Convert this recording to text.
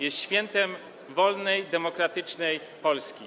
Jest świętem wolnej, demokratycznej Polski.